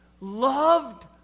loved